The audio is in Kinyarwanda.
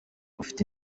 ufite